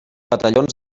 batallons